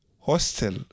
hostel